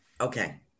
Okay